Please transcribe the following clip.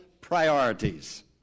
priorities